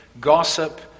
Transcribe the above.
gossip